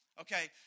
Okay